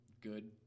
good